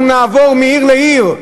אנחנו נעבור מעיר לעיר.